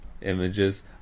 Images